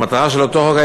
המטרה של אותו חוק